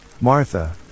Martha